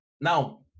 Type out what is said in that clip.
Now